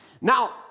Now